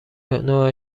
نوع